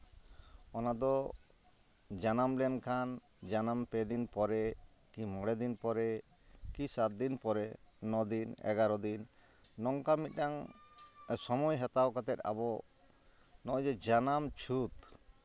ᱚᱱᱟ ᱫᱚ ᱡᱟᱱᱟᱢ ᱞᱮᱱᱠᱷᱟᱱ ᱡᱟᱱᱟᱢ ᱯᱮ ᱫᱤᱱ ᱯᱚᱨᱮ ᱠᱤ ᱢᱚᱬᱮ ᱫᱤᱱ ᱯᱚᱨᱮ ᱠᱤ ᱥᱟᱛ ᱫᱤᱱ ᱯᱚᱨᱮ ᱱᱚ ᱫᱤᱱ ᱮᱜᱟᱨᱚ ᱫᱤᱱ ᱱᱚᱝᱠᱟ ᱢᱤᱫᱴᱟᱝ ᱥᱚᱢᱚᱭ ᱦᱟᱛᱟᱣ ᱠᱟᱛᱮ ᱟᱵᱚ ᱱᱚᱜᱼᱚᱭ ᱡᱮ ᱡᱟᱱᱟᱢ ᱪᱷᱩᱸᱛ